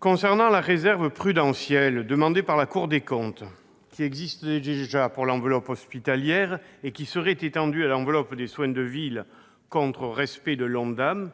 Concernant la réserve prudentielle demandée par la Cour des comptes, qui existe déjà pour l'enveloppe hospitalière et qui serait étendue à l'enveloppe des soins de ville contre respect de l'ONDAM,